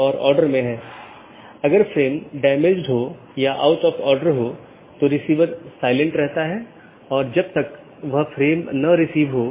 और BGP protocol के तहत एक BGP डिवाइस R6 को EBGP के माध्यम से BGP R1 से जुड़ा हुआ है वहीँ BGP R3 को BGP अपडेट किया गया है और ऐसा ही और आगे भी है